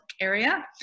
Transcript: area